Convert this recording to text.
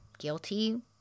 guilty